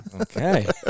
Okay